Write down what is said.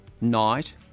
night